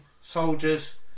soldiers